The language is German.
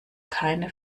keine